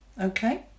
okay